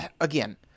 again